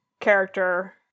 character